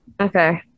Okay